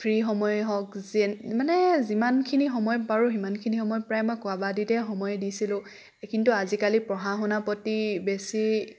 free সময়ে হওক যেন মানে যিমানখিনি সময় পাৰোঁ সিমানখিনি সময় প্ৰায় মই কাবাডীতে সময় দিছিলোঁ কিন্তু আজিকালি পঢ়া শুনাৰ প্ৰতি বেছি